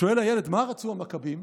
שואל הילד: מה רצו המכבים?